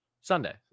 Sunday